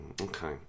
Okay